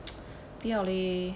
不要 leh